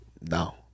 No